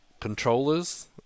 controllers